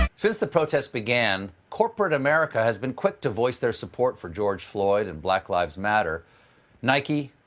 since the protests began, corporate america has been quick to voice their support for george floyd and black lives matter nike,